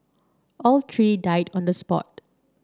all three died on the spot